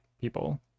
people